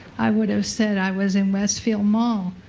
i would have said i was in westfield mall.